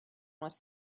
was